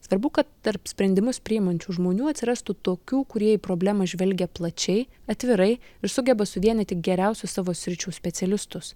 svarbu kad tarp sprendimus priimančių žmonių atsirastų tokių kurie į problemą žvelgia plačiai atvirai ir sugeba suvienyti geriausius savo sričių specialistus